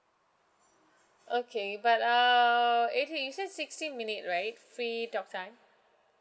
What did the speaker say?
okay but err eh this is just sixty minute right free talk time